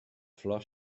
flors